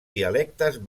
dialectes